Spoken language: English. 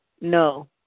no